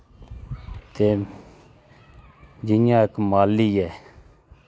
ते जि'यां इक माली ऐ